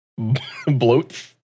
Bloats